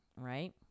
right